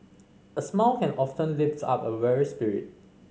a smile can often lift up a weary spirit